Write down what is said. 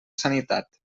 sanitat